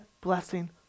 blessing